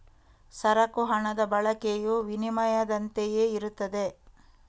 ಸರಕು ಹಣದ ಬಳಕೆಯು ವಿನಿಮಯದಂತೆಯೇ ಇರುತ್ತದೆ